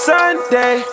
Sunday